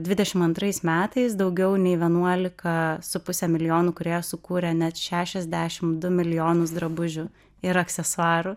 dvidešim antrais metais daugiau nei vienuolika su puse milijonų kurie sukūrė net šešiasdešim du milijonus drabužių ir aksesuarų